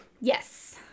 Yes